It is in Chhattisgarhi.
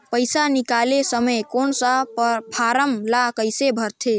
पइसा निकाले समय कौन सा फारम ला कइसे भरते?